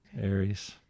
Aries